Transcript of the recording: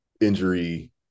injury